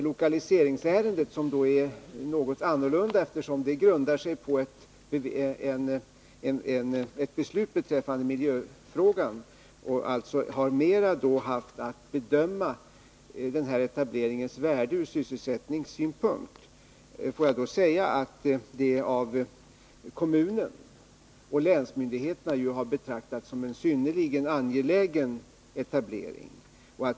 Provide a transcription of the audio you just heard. Lokaliseringsärendet grundar sig på ett beslut i miljöfrågan, där man haft att bedöma den här etableringens värde från sysselsättningssynpunkt. Låt mig då säga att detta av kommunen och länsmyndigheterna har betraktats som en synnerligen angelägen etablering.